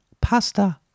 pasta